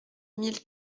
mille